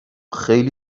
خیلی